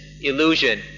illusion